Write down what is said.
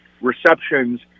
receptions